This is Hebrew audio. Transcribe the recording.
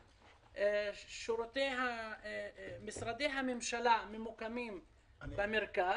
משרדי הממשלה ממוקמים במרכז.